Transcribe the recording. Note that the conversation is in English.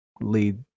lead